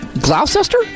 Gloucester